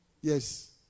yes